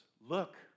look